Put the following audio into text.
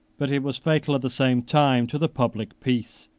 but it was fatal at the same time to the public peace,